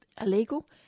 illegal